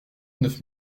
neuf